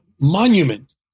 monument